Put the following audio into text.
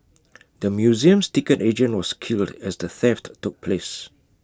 the museum's ticket agent was killed as the theft took place